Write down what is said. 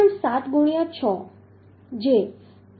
7 ગુણ્યા6 જે 4